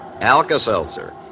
Alka-Seltzer